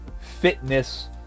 fitness